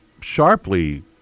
sharply